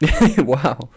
wow